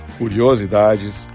curiosidades